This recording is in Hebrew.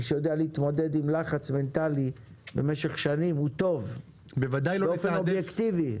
מי שיודע להתמודד עם לחץ מנטלי במשך שנים הוא טוב באופן אובייקטיבי.